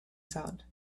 sound